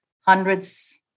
hundreds